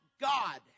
God